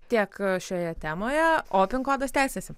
tiek šioje temoje o pin kodas tęsiasi